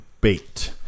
bait